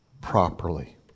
properly